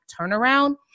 turnaround